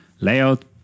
layout